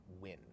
win